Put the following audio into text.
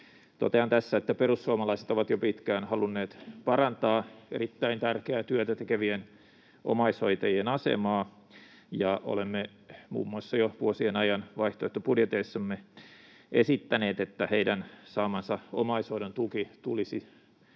Totean tässä, että perussuomalaiset ovat jo pitkään halunneet parantaa erittäin tärkeää työtä tekevien omaishoitajien asemaa ja olemme muun muassa jo vuosien ajan vaihtoehtobudjeteissamme esittäneet, että heidän saamansa omaishoidon tuki tulisi